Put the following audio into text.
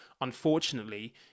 unfortunately